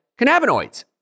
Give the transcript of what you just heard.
cannabinoids